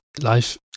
life